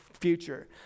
future